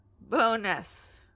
Bonus